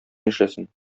нишләсен